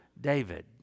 David